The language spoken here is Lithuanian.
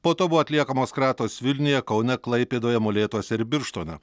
po to buvo atliekamos kratos vilniuje kaune klaipėdoje molėtuose ir birštone